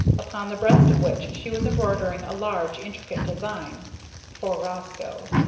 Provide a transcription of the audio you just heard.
upon the breast of which she was embroidering a large, intricate design for roscoe.